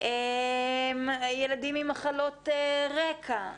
ילדים עם מחלות רקע,